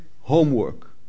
homework